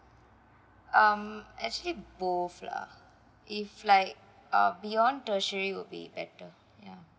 um actually both lah if like uh beyond tertiary will be better ya